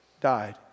died